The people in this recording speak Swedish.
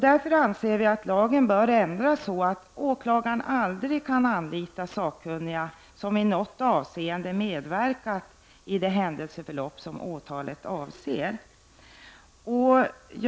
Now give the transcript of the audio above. Därför anser vi att lagen bör ändras så att åklagaren aldrig kan anlita sakkunnig som i något avseende medverkat i det händelseförlopp som åtalet avser.